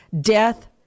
death